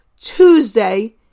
Tuesday